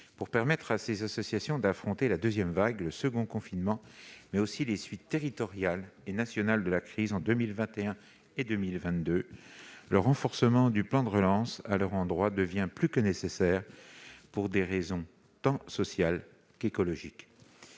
Pour permettre à ces associations d'affronter la deuxième vague, le second confinement et les suites territoriales et nationales de la crise en 2021 et 2022, le renforcement du plan de relance à leur endroit devient plus que nécessaire, pour des raisons autant sociales qu'écologiques.